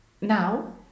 Now